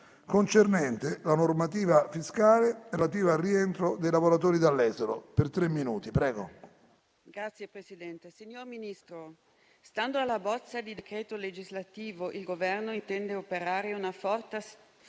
finestra") sulla normativa fiscale relativa al rientro dei lavoratori dall'estero,